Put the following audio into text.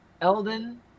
Elden